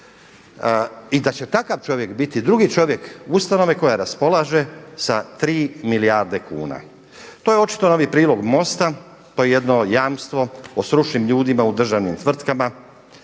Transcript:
I da će takav čovjek biti drugi čovjek ustanove koja raspolaže sa 3 milijarde kuna. To je očito novi prilog MOST-a, to je jedno jamstvo o stručnim ljudima u državnim tvrtkama,